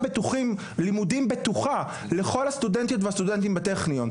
לימודים בטוחה לכל הסטודנטיות והסטודנטים בטכניון.